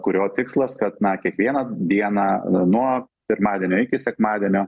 kurio tikslas kad na kiekvieną dieną nuo pirmadienio iki sekmadienio